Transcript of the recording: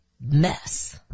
mess